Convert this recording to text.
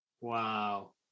Wow